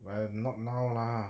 !aiya! not now lah